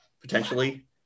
potentially